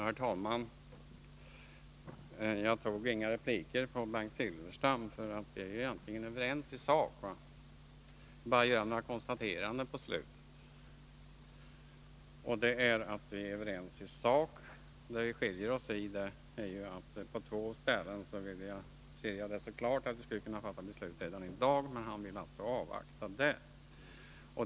Herr talman! Jag begärde ingen replik mot Bengt Silfverstrand, för vi är egentligen överens i sak. Jag vill bara göra några konstateranden till slut. Vi är som sagt överens i sak. Vad som skiljer oss åt är att på två ställen ser jag det så klart att vi skulle kunna fatta beslut redan i dag, men Bengt Silfverstrand vill avvakta.